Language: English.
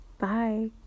Bye